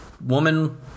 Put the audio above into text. woman